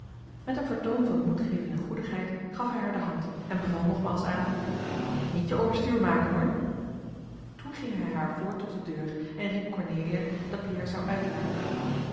met een vertoon van moedgevende goedigheid gaf hij haar de hand en beval nogmaals aan niet je overstuur maken hoor toen ging hij haar voor tot de deur en riep cornelia dat die haar zou uitlaten